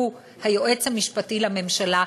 שהוא היועץ המשפטי לממשלה,